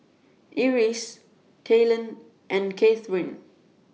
Iris Talen and Kathryne